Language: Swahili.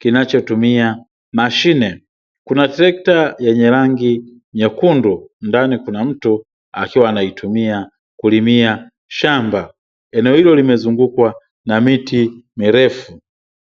kinachotumia mashine. Kuna trekta yenye rangi nyekundu, ndani kuna mtu akiwa anaitumia kulimia shamba. Eneo hilo limezungukwa na miti mirefu.